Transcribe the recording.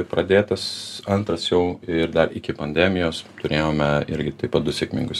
pradėtas antras jau ir dar iki pandemijos turėjome irgi taip pat du sėkmingus